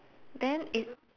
then it